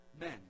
men